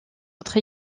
autres